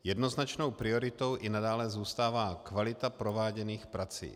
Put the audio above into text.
Jednoznačnou prioritou i nadále zůstává kvalita prováděných prací.